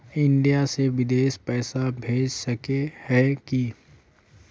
India से बिदेश पैसा भेज सके है की?